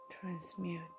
Transmute